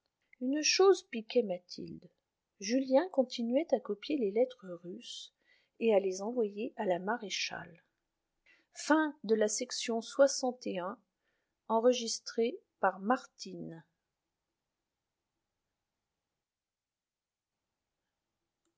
une chose piquait mathilde julien continuait à copier les lettres russes et à les envoyer à la maréchale chapitre xxxii